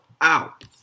out